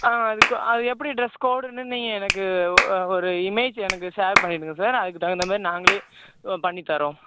ஆ அதுக்கு அது எப்படி ட்ரெஸ் கோடுன்னு நீங்கள் எனக்கு ஒரு இமேஜ் எனக்கு ஷேர் பண்ணிவிடுங்க சார் அதுக்கு தகுந்த மாதிரி நாங்களே பண்ணி தரோம்